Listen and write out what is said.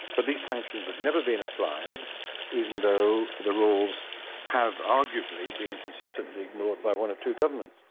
but these sanctions have never been applied even though the rules have arguably been consistently ignored by one or two governments.